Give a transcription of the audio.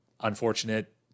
unfortunate